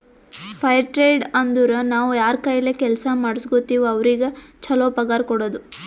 fire trade ಅಂದುರ್ ನಾವ್ ಯಾರ್ ಕೈಲೆ ಕೆಲ್ಸಾ ಮಾಡುಸ್ಗೋತಿವ್ ಅವ್ರಿಗ ಛಲೋ ಪಗಾರ್ ಕೊಡೋದು